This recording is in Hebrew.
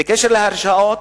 בקשר להרשאות,